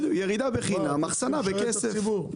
צריכים לשרת את הציבור.